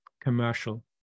commercial